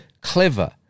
Clever